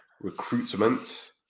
recruitment